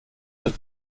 wird